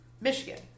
Michigan